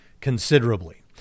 considerably